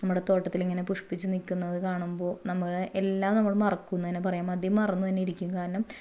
നമ്മുടെ തോട്ടത്തിൽ ഇങ്ങനെ പുഷ്പിച്ച് നിൽക്കുന്നത് കാണുമ്പോൾ നമ്മൾ എല്ലാം മറക്കും എന്നുതന്നെ പറയാം എല്ലാം മതിമറന്നുതന്നെ ഇരിക്കും കാരണം